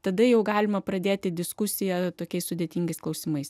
tada jau galima pradėti diskusiją tokiais sudėtingais klausimais